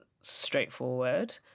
straightforward